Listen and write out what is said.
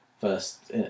first